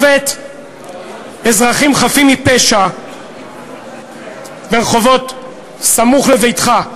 אזרחים חפים מפשע ברחובות סמוך לביתך.